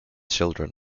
children